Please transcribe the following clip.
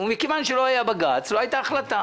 ומכיוון שלא היה בג"צ, לא הייתה החלטה.